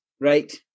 right